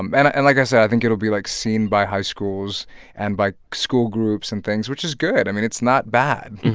um and and like i said, i think it'll be, like, seen by high schools and by school groups and things, which is good. i mean, it's not bad.